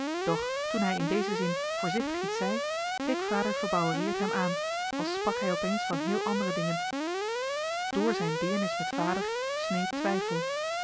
doch toen hij in dezen zin voorzichtig iets zei keek vader verbouwereerd hem aan als sprak hij opeens van heel andere dingen door zijn deernis met vader sneed twijfel